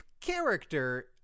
character